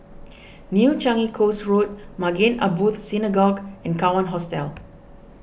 New Changi Coast Road Maghain Aboth Synagogue and Kawan Hostel